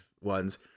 ones